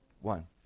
one